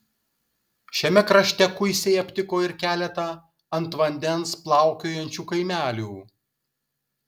šiame krašte kuisiai aptiko ir keletą ant vandens plaukiojančių kaimelių